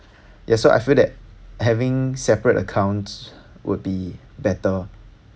yeah so I feel that having separate accounts would be better